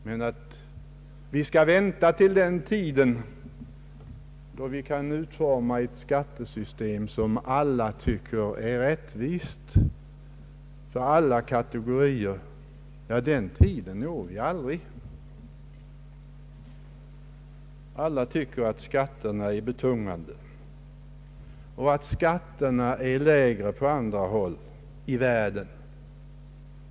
Vi kan inte vänta till dess att vi kan utforma ett skattesystem, som alla kategorier finner rättvist, ty den dagen upplever vi aldrig. Alla tycker att skatterna är betungande och menar att de är lägre på andra håll i världen.